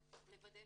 הזאת: